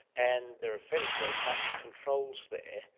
and there are fairly robust controls there.